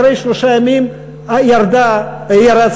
אחרי שלושה ימים ירד הדף.